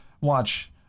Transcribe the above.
watch